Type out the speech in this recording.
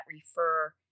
refer